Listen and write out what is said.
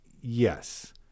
Yes